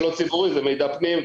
מה שלא ציבורי זה מידע פנים,